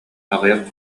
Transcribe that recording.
аҕыйах